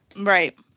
Right